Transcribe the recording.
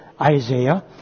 Isaiah